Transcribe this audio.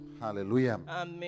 hallelujah